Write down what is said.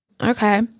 Okay